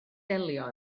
delio